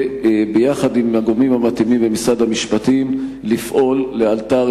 וביחד עם הגורמים המתאימים במשרד המשפטים לפעול לאלתר